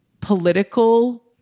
political